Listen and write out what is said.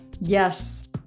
Yes